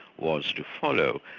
was to follow.